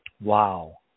Wow